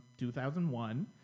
2001